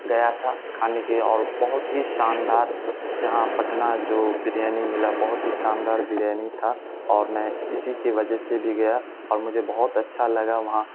گیا تھا کھانے کے اور بہت ہی شاندار جہاں پٹنہ جو بریانی ملا بہت ہی شاندار بریانی تھا اور میں اسی کے وجہ سے بھی گیا اور مجھے بہت اچھا لگا وہاں